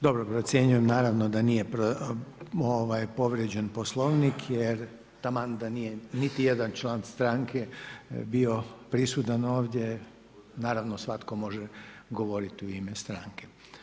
Dobro, procjenjujem naravno da nije povrijeđen Poslovnik jer taman da nije niti jedan član stranke bio prisutan ovdje, naravno svatko može govoriti u ime stranke.